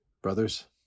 Brothers